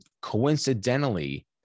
coincidentally